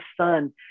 sun